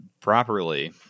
properly